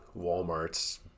Walmarts